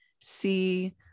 see